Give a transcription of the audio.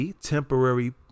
temporary